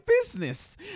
business